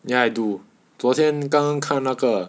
ya I do 昨天刚看那个